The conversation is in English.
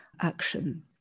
action